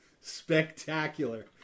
Spectacular